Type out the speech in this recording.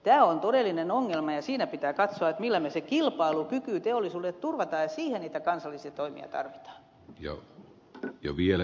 tämä on todellinen ongelma ja siinä pitää katsoa millä se kilpailukyky teollisuudelle turvataan ja siihen niitä kansallisia toimia tarvitaan